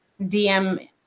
dm